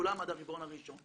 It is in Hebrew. כולם עד הרבעון הראשון.